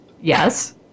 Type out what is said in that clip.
Yes